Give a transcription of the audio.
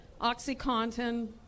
Oxycontin